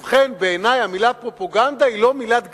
ובכן, בעיני המלה פרופגנדה היא לא מילת גנאי.